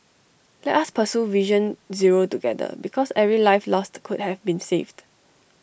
let us pursue vision zero together because every life lost could have been saved